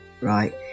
right